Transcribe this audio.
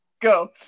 Go